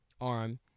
arm